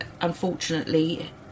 unfortunately